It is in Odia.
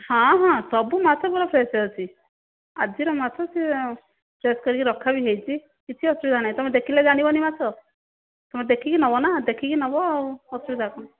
ହଁ ହଁ ସବୁ ମାଛ ମୋର ଫ୍ରେସ ଅଛି ଆଜିର ମାଛ ସେ ଫ୍ରେସ କରିକି ରଖା ବି ହେଇଛି କିଛି ଅସୁବିଧା ନାହିଁ ତମେ ଦେଖିଲେ ଜାଣିବନି ମାଛ ତମେ ଦେଖିକି ନେବ ନା ଦେଖିକି ନେବ ଆଉ ଅସୁବିଧା କଣ